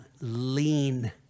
lean